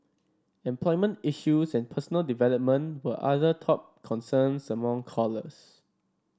employment issues and personal development were other top concerns among callers